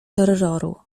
terroru